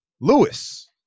Lewis